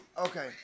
okay